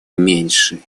меньше